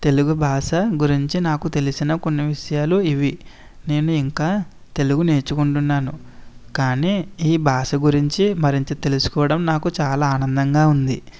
తెలుగు భాష గురించి నాకు తెలిసిన కొన్ని విషయాలు ఇవి నేను ఇంకా తెలుగు నేర్చుకుంటున్నాను కానీ ఈ భాష గురించి మరింత తెలుసుకోవడం నాకు చాలా ఆనందంగా ఉంది